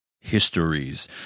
histories